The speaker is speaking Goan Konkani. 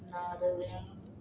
नारव्यां